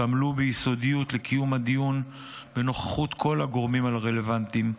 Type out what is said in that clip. שעמלו ביסודיות לקיום הדיון בנוכחות כל הגורמים הרלוונטיים,